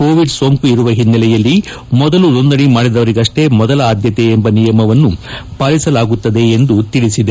Covid ಸೋಂಕು ಇರುವ ಹಿನ್ನೆಲೆಯಲ್ಲಿ ಮೊದಲು ನೋಂದಣಿ ಮಾಡಿದವರಿಗತ್ನೇ ಮೊದಲ ಆದ್ನತೆ ಎಂಬ ನಿಯಮವನ್ನು ಪಾಲಿಸಲಾಗುತ್ತದೆ ಎಂದು ತಿಳಿಸಿದೆ